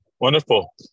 Wonderful